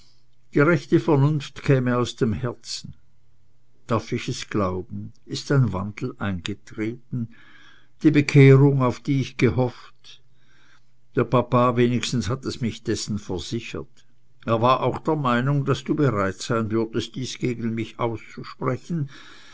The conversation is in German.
die rechte vernunft käme aus dem herzen darf ich es glauben ist ein wandel eingetreten die bekehrung auf die ich gehofft der papa wenigstens hat mich dessen versichert er war auch der meinung daß du bereit sein würdest dies gegen mich auszusprechen